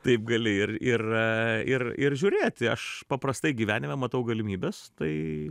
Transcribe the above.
taip gali ir ir ir ir žiūrėti aš paprastai gyvenime matau galimybes tai